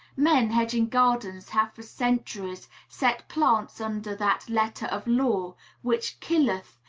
men hedging gardens have for centuries set plants under that letter of law which killeth,